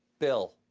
bill,